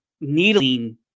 needling